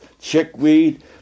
chickweed